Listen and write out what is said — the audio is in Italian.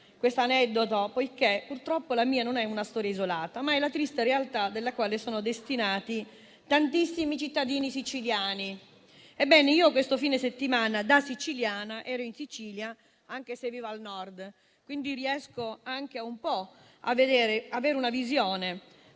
questo aneddoto poiché purtroppo la mia non è una storia isolata, ma è la triste realtà alla quale sono destinati tantissimi cittadini siciliani. Questo fine settimana da siciliana ero in Sicilia anche se vivo al Nord, quindi riesco pure ad avere una visione